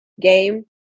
game